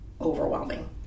overwhelming